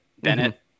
Bennett